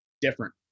different